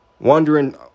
Wondering